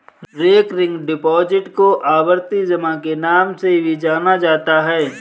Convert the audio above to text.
recurring deposit को आवर्ती जमा के नाम से भी जाना जाता है